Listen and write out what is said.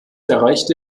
erreichte